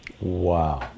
Wow